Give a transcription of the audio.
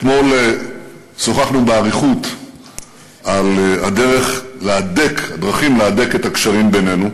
אתמול שוחחנו באריכות על הדרכים להדק את הקשרים בינינו,